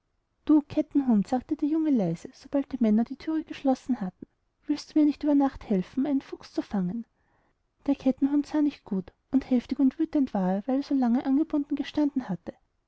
du kettenhund sagte der junge leise sobald die männer die tür geschlossen hatten willst du mir nicht über nacht helfen einen fuchs zu fangen derkettenhundsahnichtgut undheftigundwütendwarer weilersolange angebunden gestanden hatte